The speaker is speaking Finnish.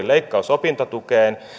leikkaus opintotukeen